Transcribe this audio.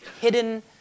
hidden